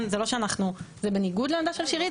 זה לא שאנחנו שזה בניגוד לעמדה של שירית,